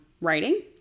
writing